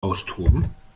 austoben